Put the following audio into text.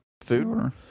food